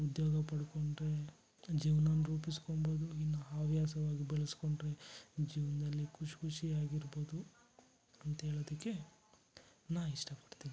ಉದ್ಯೋಗ ಪಡ್ಕೊಂಡರೆ ಜೀವ್ನವನ್ನ ರೂಪಿಸ್ಕೊಂಬೋದು ಇನ್ನು ಹವ್ಯಾಸವಾಗ್ ಬೆಳೆಸ್ಕೊಂಡ್ರೆ ನಿಮ್ಮ ಜೀವನದಲ್ಲಿ ಖುಷ್ ಖುಷಿಯಾಗಿ ಇರ್ಬೋದು ಅಂತೇಳೋದಕ್ಕೆ ನಾ ಇಷ್ಟಪಡ್ತೀನಿ